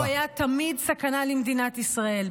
נתניהו היה תמיד סכנה למדינת ישראל.